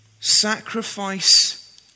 sacrifice